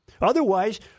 Otherwise